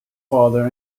father